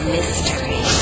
Mystery